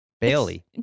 Bailey